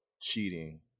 cheating